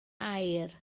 aur